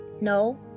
no